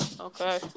Okay